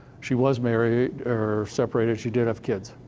she was married or separated she did have kids.